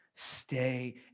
Stay